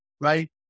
right